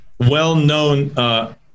well-known